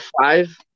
five